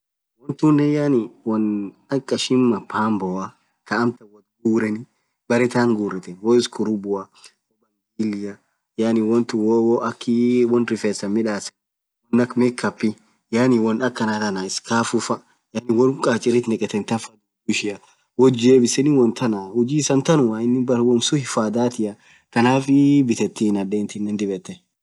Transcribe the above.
won tunen yaani won akha kashin mapamboa tha amtan woth ghureni berre thanth ghurethn woo iskhurubua woo bakhilia yaani wonn tun woo akhii rifesan midhasen wonn akha makeup dhub won akana thana iskhafufa won kachirthn neghethe than faaa dhudhu ishia wonth jebiseni wom than huji isaa than inin wom sunn hifadhathia thanafii bithethi nadhethinen dhib yethee